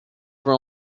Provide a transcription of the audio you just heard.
were